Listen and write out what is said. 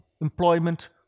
employment